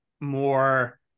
more